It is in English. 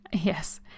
Yes